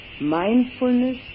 Mindfulness